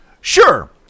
Sure